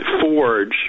forge